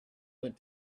went